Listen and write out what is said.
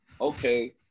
Okay